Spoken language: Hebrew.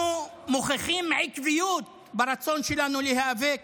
אנחנו מוכיחים בעקביות את הרצון שלנו להיאבק